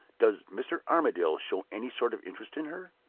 does mr. armadale show any sort of interest in her?